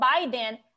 Biden